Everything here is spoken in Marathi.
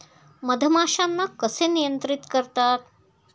मधमाश्यांना कसे नियंत्रित करतात?